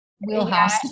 wheelhouse